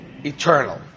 eternal